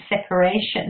separation